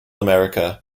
america